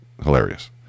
hilarious